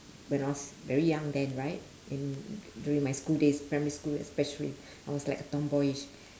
when I was very young then right in during my school days primary school especially I was like a tomboyish